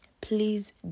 Please